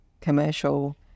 commercial